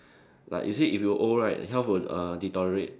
like is it if you old right health uh will deteriorate